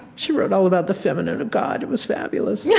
she wrote all about the feminine of god. it was fabulous yeah